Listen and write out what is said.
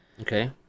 Okay